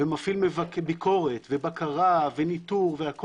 ומפעיל ביקורת ובקרה וניטור והכול,